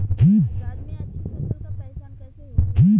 बाजार में अच्छी फसल का पहचान कैसे होखेला?